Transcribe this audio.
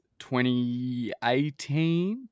2018